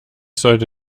sollte